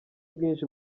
bwinshi